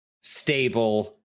stable